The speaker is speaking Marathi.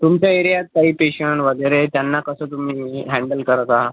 तुमच्या एरियात काही पेशंट वगैरे त्यांना कसं तुम्ही हॅंडल करत आहात